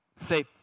Say